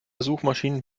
suchmaschinen